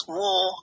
war